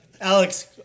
Alex